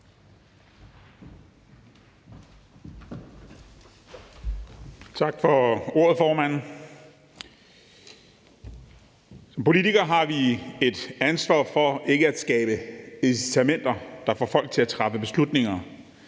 Som politikere har vi et ansvar for ikke at skabe incitamenter, der får folk til at træffe beslutninger,